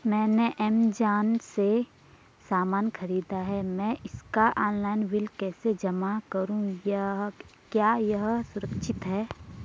मैंने ऐमज़ान से सामान खरीदा है मैं इसका ऑनलाइन बिल कैसे जमा करूँ क्या यह सुरक्षित है?